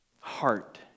heart